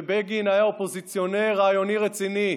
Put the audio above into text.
ובגין היה אופוזיציונר רעיוני רציני.